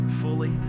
fully